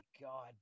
God